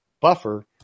buffer